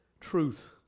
truth